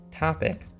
topic